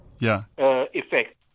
effect